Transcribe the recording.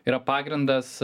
yra pagrindas